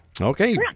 Okay